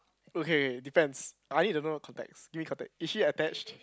okay depends I need to know her contacts give me contact is she attached